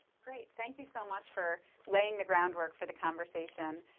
great. thank you so much for laying the groundwork for the conversation.